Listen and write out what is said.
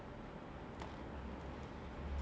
ah